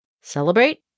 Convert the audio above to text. Celebrate